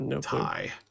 tie